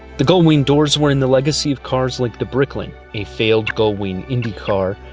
the gullwing doors were in the legacy of cars like the bricklin, a failed gullwing indie car,